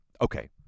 okay